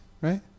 right